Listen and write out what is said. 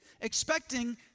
expecting